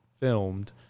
Filmed